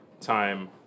time